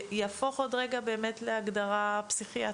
שעוד רגע זה באמת יהפוך להגדרה פסיכיאטרית.